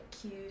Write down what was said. cute